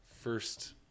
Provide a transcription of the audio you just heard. first